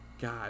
God